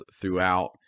throughout